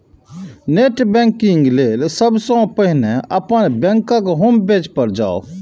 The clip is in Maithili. नेट बैंकिंग लेल सबसं पहिने अपन बैंकक होम पेज पर जाउ